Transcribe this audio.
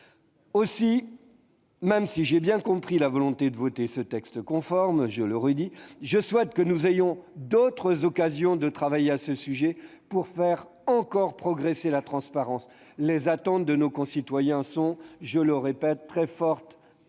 Aussi, même si j'ai bien compris la volonté de parvenir à une adoption conforme de ce texte, je souhaite que nous ayons d'autres occasions de travailler sur ce sujet, afin de faire encore progresser la transparence. Les attentes des citoyens sont- je le répète -très fortes